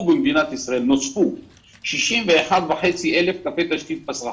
במדינת ישראל 61,500 קווי תשתית פס רחב.